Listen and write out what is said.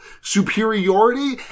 superiority